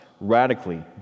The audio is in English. radically